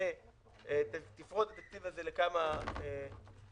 ותפרוט את התקציב הזה לכמה סעיפים,